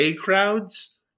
crowds